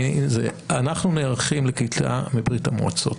אנחנו נערכים לקליטה מברית המועצות.